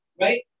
right